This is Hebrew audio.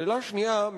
שאלה שנייה,